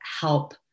help